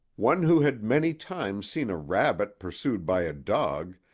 one who had many times seen a rabbit pursued by a dog,